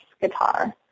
guitar